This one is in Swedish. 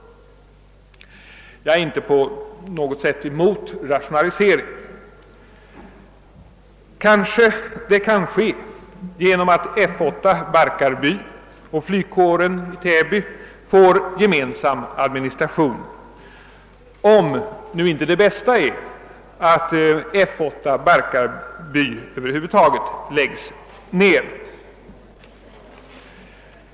Jag är inte på något sätt emot rationalisering. Kanske kan en sådan ske genom att F8 i Barkarby och flygkåren i Täby får gemensam administration, om nu inte det bästa alternativet är att F8 i Barkarby läggs ned.